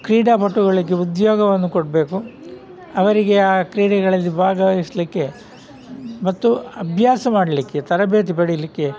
ಕ್ರೀಡಾಪಟುಗಳಿಗೆ ಉದ್ಯೋಗವನ್ನು ಕೊಡಬೇಕು ಅವರಿಗೆ ಆ ಕ್ರೀಡೆಗಳಲ್ಲಿ ಭಾಗವಹಿಸಲಿಕ್ಕೆ ಮತ್ತು ಅಭ್ಯಾಸ ಮಾಡಲಿಕ್ಕೆ ತರಬೇತಿ ಪಡೀಲಿಕ್ಕೆ